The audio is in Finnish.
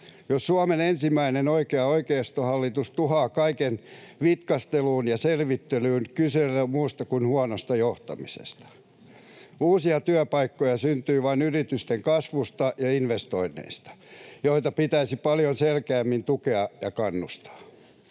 Jos Suomen ensimmäinen oikea oikeistohallitus tuhoaa kaiken vitkasteluun ja selvittelyyn, kyse ei ole muusta kuin huonosta johtamisesta. Uusia työpaikkoja syntyy vain yritysten kasvusta ja investoinneista, joita pitäisi paljon selkeämmin tukea ja kannustaa.